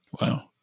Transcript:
Wow